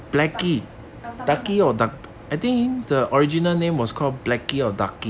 duck something like that um